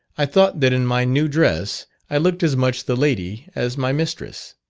i thought that in my new dress i looked as much the lady as my mistress.